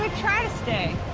try to stay.